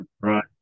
right